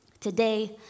Today